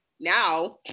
now